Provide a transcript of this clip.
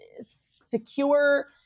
secure